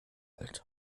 alt